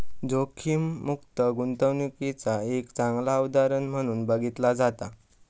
जोखीममुक्त गुंतवणूकीचा एक चांगला उदाहरण म्हणून बघितला जाता